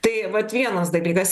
tai vat vienas dalykas